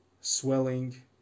swelling